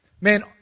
man